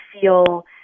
feel